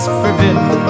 forbidden